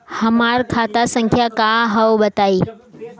हमार खाता संख्या का हव बताई?